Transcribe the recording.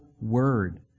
word